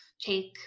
take